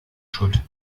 schuld